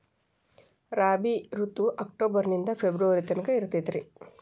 ರಾಬಿ ಋತು ಅಕ್ಟೋಬರ್ ನಿಂದ ಫೆಬ್ರುವರಿ ತನಕ ಇರತೈತ್ರಿ